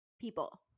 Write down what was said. people